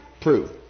Prove